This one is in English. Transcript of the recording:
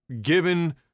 given